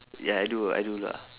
ya I do I do lah